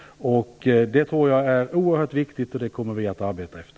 Det tror jag är oerhört viktigt, och det kommer vi att arbeta efter.